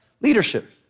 Leadership